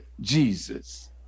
Jesus